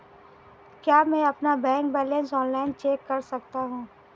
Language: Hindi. क्या मैं अपना बैंक बैलेंस ऑनलाइन चेक कर सकता हूँ?